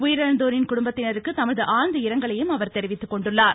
உயிரிழந்தோரின் குடும்பத்தினருக்கு தமது ஆழ்ந்த இரங்கலையும் அவர் தெரிவித்துக்கொண்டுள்ளார்